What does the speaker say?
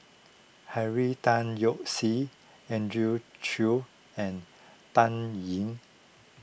Henry Tan Yoke See Andrew Chew and Dan Ying